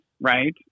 right